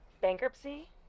bankruptcy